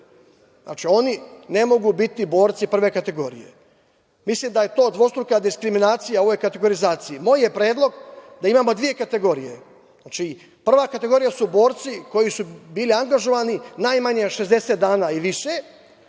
Znači, oni ne mogu biti borci prve kategorije. Mislim da je to dvostruka diskriminacija u ovoj kategorizaciji. Moj je predlog da imamo dve kategorije, znači, prva kategorija su borci koji su bili angažovani najmanje 60 dana i više,